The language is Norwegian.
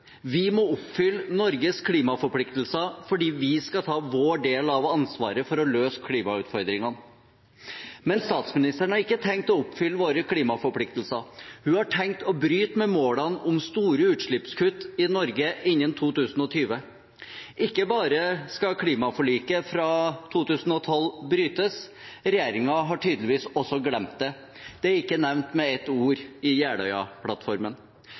«Vi må oppfylle Norges klimaforpliktelser fordi vi skal ta vår del av ansvaret for å løse klimautfordringen.» Men statsministeren har ikke tenkt å oppfylle våre klimaforpliktelser. Hun har tenkt å bryte med målene om store utslippskutt i Norge innen 2020. Ikke bare skal klimaforliket fra 2012 brytes, regjeringen har tydeligvis også glemt det. Det er ikke nevnt med ett ord i